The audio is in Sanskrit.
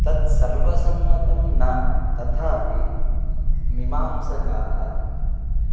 तत् सर्वसम्मतं न तथापि मीमांसकाः